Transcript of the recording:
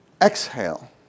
exhale